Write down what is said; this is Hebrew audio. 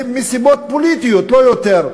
מסיבות פוליטיות ולא יותר,